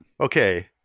okay